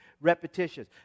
repetitions